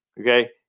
Okay